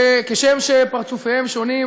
וכשם שפרצופיהם שונים,